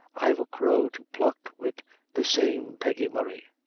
i've a crow to pluck wid the same peggy murray.